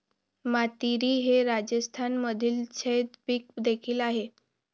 मातीरी हे राजस्थानमधील झैद पीक देखील आहे